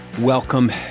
Welcome